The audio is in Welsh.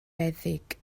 feddyg